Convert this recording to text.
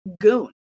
goon